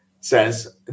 says